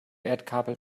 erdkabel